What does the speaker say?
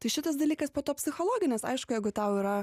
tai šitas dalykas po to psichologinis aišku jeigu tau yra